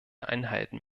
einhalten